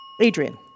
Adrian